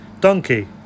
Donkey